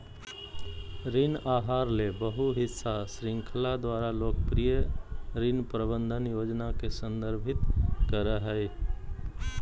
ऋण आहार ले बहु हिस्सा श्रृंखला द्वारा लोकप्रिय ऋण प्रबंधन योजना के संदर्भित करय हइ